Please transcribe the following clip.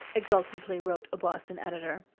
exultantly wrote a boston editor.